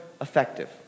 effective